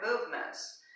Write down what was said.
movements